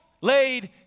laid